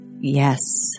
yes